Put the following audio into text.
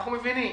אנחנו מבינים,